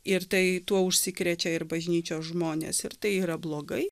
ir tai tuo užsikrečia ir bažnyčios žmonės ir tai yra blogai